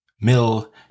Mill